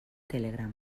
telegram